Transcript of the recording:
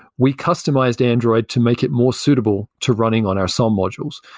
we customized android to make it more suitable to running on our som modules.